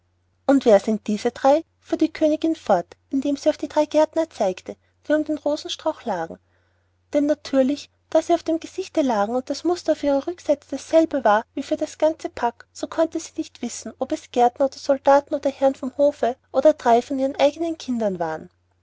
und wer sind diese drei fuhr die königin fort indem sie auf die drei gärtner zeigte die um den rosenstrauch lagen denn natürlich da sie auf dem gesichte lagen und das muster auf ihrer rückseite dasselbe war wie für das ganze pack so konnte sie nicht wissen ob es gärtner oder soldaten oder herren vom hofe oder drei von ihren eigenen kindern waren